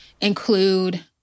include